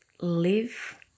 live